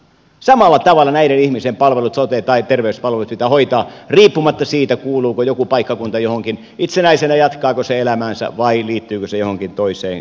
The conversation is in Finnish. samalla tavalla näiden ihmisten palvelut sote palvelut hoitaa riippumatta siitä kuuluuko joku paikkakunta johonkin jatkaako se itsenäisenä elämäänsä vai liittyykö se johonkin toiseen kuntaan